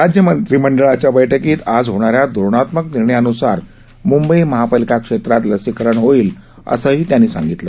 राज्य मंत्रीमंडळाच्या बैठकीत आज होणाऱ्या धोरणात्मक निर्णयान्सार म्ंबई महापालिका क्षेत्रात लसीकरण होईल असंही त्यांनी सांगितलं